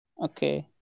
Okay